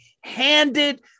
handed